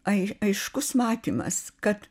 ai aiškus matymas kad